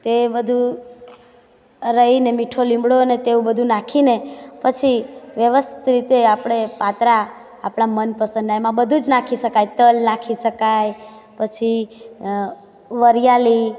તે બધું રાઈને મીઠો લીમડો અને તેવું બધું નાખીને પછી વ્યવસ્થિ રીતે આપણે પાતરા આપણા મનપસંદ એમાં બધું જ નાંખી શકાય તલ નાંખી શકાય પછી વરીયાળી